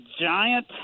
giant